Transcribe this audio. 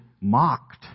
mocked